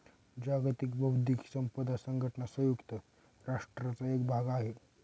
जागतिक बौद्धिक संपदा संघटना संयुक्त राष्ट्रांचा एक भाग आहे